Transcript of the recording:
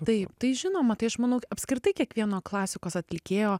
taip tai žinoma tai aš manau apskritai kiekvieno klasikos atlikėjo